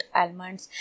almonds